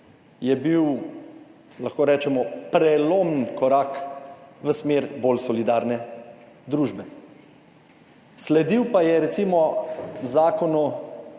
je bil, lahko rečemo, prelomen korak v smer bolj solidarne družbe, sledil pa je recimo Zakonu